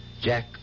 Jack